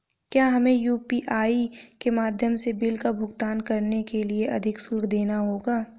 क्या हमें यू.पी.आई के माध्यम से बिल का भुगतान करने के लिए अधिक शुल्क देना होगा?